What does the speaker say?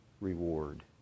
reward